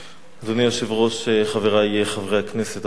אדוני היושב-ראש, חברי חברי הכנסת, אדוני השר,